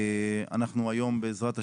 אנחנו היום, בעזרת השם,